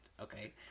Okay